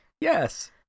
Yes